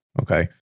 Okay